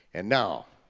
and now,